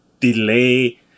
delay